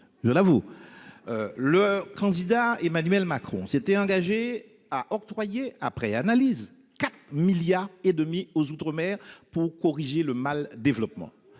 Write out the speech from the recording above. je l'avoue ! Le candidat Emmanuel Macron s'était engagé à octroyer, après analyse, 4,5 milliards d'euros aux outre-mer pour corriger le mal-développement,